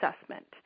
assessment